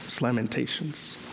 lamentations